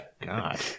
god